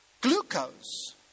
glucose